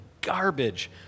garbage